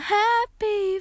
happy